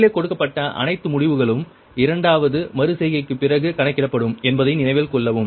மேலே கொடுக்கப்பட்ட அனைத்து முடிவுகளும் இரண்டாவது மறு செய்கைக்குப் பிறகு கணக்கிடப்படும் என்பதை நினைவில் கொள்ளவும்